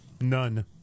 none